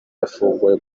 yafunguwe